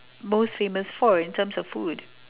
most famous for in terms of food